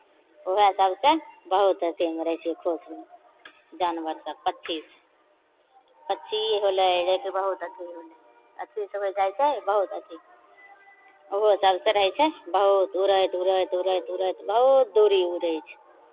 उएह सभसँ बहुत अथिमे रहै छियै खुशमे जानवर सभ पक्षी पक्षी होलै जेकि बहुत अथि सभ हो जाइ छै बहुत अथि हमरो सभसँ रहै छै बहुत उड़ैत उड़ैत उड़ैत उड़ैत बहुत दूरी उड़ै छै